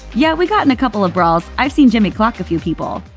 yeah, we got in a couple of brawls. i've seen jimmy clock a few people.